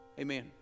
Amen